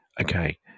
okay